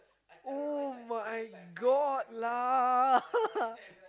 [oh]-my-God lah